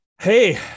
Hey